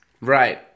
Right